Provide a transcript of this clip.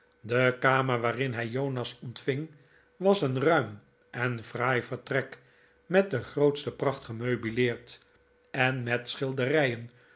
de kamer waarin hij jonas ontving was een ruim en fraai vertrek met de grootste pracht gemeubileerd en met schilderijen